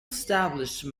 established